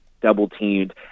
double-teamed